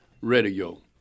radio